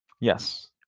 Yes